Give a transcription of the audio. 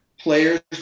players